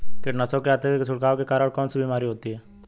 कीटनाशकों के अत्यधिक छिड़काव के कारण कौन सी बीमारी होती है?